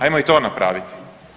Ajmo i to napraviti.